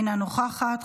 אינה נוכחת,